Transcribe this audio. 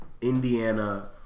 Indiana